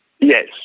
Yes